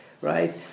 Right